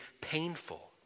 painful